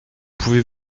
pouvez